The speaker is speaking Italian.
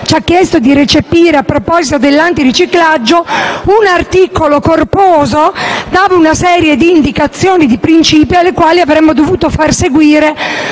ci ha chiesto di recepire a proposito dell'antiriciclaggio, un articolo corposo dava una serie di indicazioni e di principi ai quali avremmo dovuto far seguire